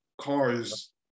cars